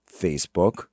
Facebook